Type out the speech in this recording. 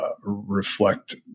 reflect